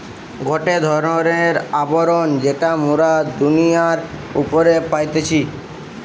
গটে ধরণের আবরণ যেটা মোরা দুনিয়ার উপরে পাইতেছি